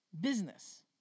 business